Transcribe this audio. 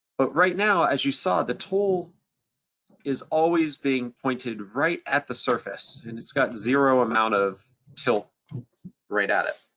but right now, as you saw, the tool is always being pointed right at the surface. and it's got zero amount of tilt right at it.